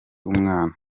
umwana